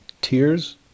Tears